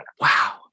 Wow